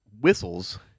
whistles